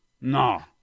no